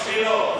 זה לא בשבילו,